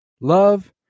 love